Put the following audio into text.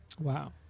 wow